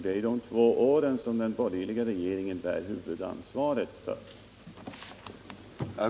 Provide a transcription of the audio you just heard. Det är ju de två åren som den borgerliga regeringen bär huvudansvaret för.